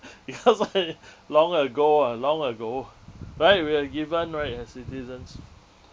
because I long ago ah long ago right we are given right as citizens